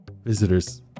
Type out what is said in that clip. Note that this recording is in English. Visitors